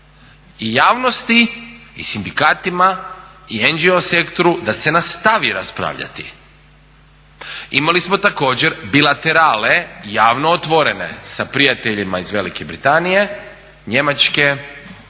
i javnosti i sindikatima i NGO sektoru da se nastavi raspravljati. Imali smo također bilaterale javnog otvorene sa prijateljima iz Velike Britanije, Njemačke,